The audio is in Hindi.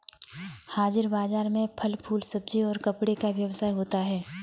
हाजिर बाजार में फल फूल सब्जी और कपड़े का व्यवसाय होता है